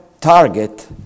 target